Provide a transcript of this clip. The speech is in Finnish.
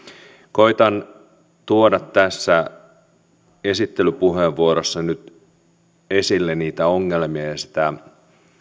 koetan tuoda tässä esittelypuheenvuorossa nyt esille niitä ongelmia ja ja sitä